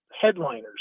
headliners